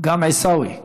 גם עיסאווי.